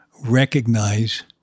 recognize